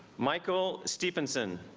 michael stevenson